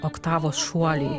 oktavos šuoliai